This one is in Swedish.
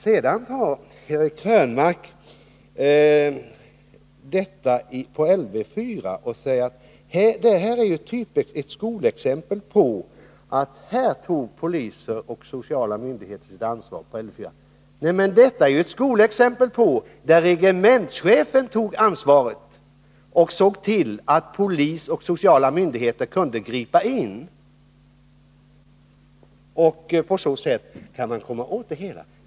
Sedan tog Eric Krönmark upp det som hände på Lv 4 och sade att det var ett skolexempel på att polisen och de sociala myndigheterna tog sitt ansvar. Nej, det var ett skolexempel på att regementschefen tog ansvaret och såg till åtgärder mot narkotikasmuggling att polis och sociala myndigheter kunde gripa in och på så sätt komma åt det hela.